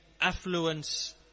affluence